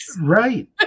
right